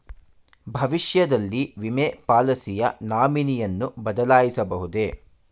ಭವಿಷ್ಯದಲ್ಲಿ ವಿಮೆ ಪಾಲಿಸಿಯ ನಾಮಿನಿಯನ್ನು ಬದಲಾಯಿಸಬಹುದೇ?